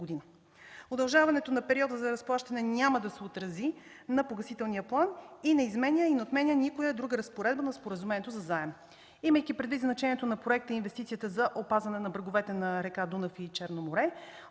Удължаването на периода за разплащане няма да се отрази на погасителния план, не изменя и не отменя никоя друга разпоредба на споразумението за заем. Имайки предвид значението на проекта и инвестицията за опазване на бреговете на река Дунав и Черно море